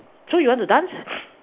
so you want to dance